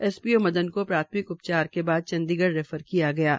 SPO Madan को प्राथमिक उपचार के बाद चंडीगढ़ रैफर किया गया है